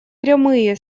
прямые